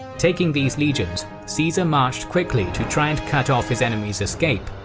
taking these legions, caesar marched quickly to try and cut off his enemies' escape,